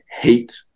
hate